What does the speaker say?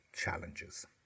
challenges